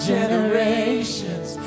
generations